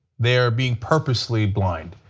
they are being purposefully blind.